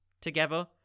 together